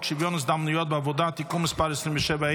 שוויון ההזדמנויות בעבודה (תיקון מס' 27),